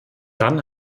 dann